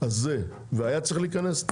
הזה והיה צריך להיכנס,